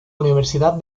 universidad